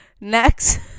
next